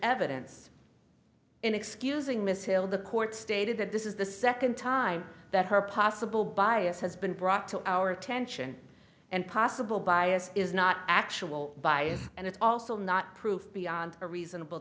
evidence in excusing miss hill the court stated that this is the second time that her possible bias has been brought to our attention and possible bias is not actual bias and it's also not proof beyond a reasonable